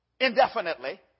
indefinitely